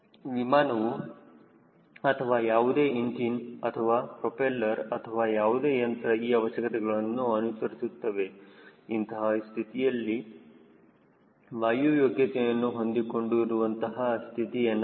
ವಿಮಾನವು ಅಥವಾ ಯಾವುದೇ ಇಂಜಿನ್ ಅಥವಾ ಪ್ರೊಪೆಲ್ಲರ್ ಅಥವಾ ಯಾವುದೇ ಯಂತ್ರ ಈ ಅವಶ್ಯಕತೆಗಳನ್ನು ಅನು ಅನುಸರಿಸುತ್ತಿರುವ ಇಂತಹ ಸ್ಥಿತಿಯನ್ನು ವಾಯು ಯೋಗ್ಯತೆಯನ್ನು ಹೊಂದಿಕೊಂಡು ಇರುವಂತಹ ಸ್ಥಿತಿ ಎನ್ನಬಹುದು